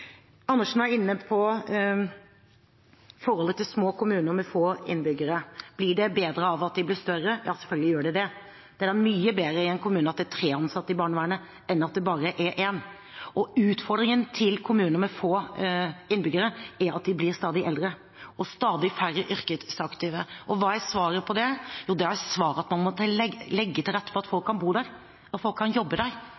Andersen var inne på forholdet til små kommuner med få innbyggere. Blir det bedre av at de blir større? Selvfølgelig blir det det. Det er mye bedre at det i en kommune er tre ansatte i barnevernet enn at det bare er én. Utfordringene til kommuner med få innbyggere er at innbyggerne blir stadig eldre, og at det blir stadig færre yrkesaktive. Og hva er svaret på det? Svaret er å legge til rette for at